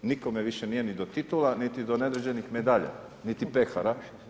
Nikome više nije ni do titula, niti određenih medalja, niti pehara.